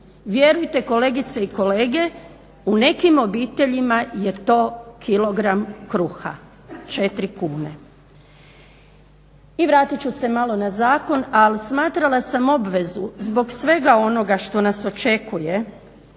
Vjerujte, kolegice i kolege, u nekim obiteljima je to kg kruha, 4 kune. I vratit ću se malo na zakon, ali smatrala sam obvezu zbog svega onoga što nas očekuje,